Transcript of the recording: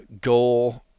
goal